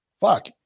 Fuck